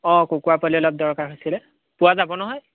অঁ কুকুৰা পোৱালি অলপ দৰকাৰ হৈছিলে পোৱা যাব নহয়